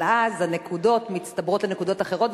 אבל אז הנקודות מצטברות לנקודות אחרות,